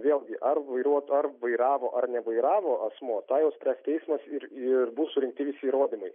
vėlgi ar vairuot ar vairavo ar nevairavo asmuo tą jau spręs teismas ir ir bus surinkti visi įrodymai